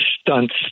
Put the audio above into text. stunts